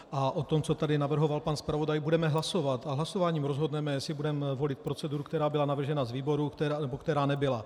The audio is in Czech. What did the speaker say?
A o tom, co tady navrhoval pan zpravodaj, budeme hlasovat a hlasováním rozhodneme, jestli budeme volit proceduru, která byla navržena z výboru, nebo která nebyla.